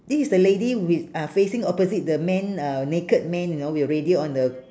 this is the lady with ah facing opposite the man uh naked man you know with a radio on the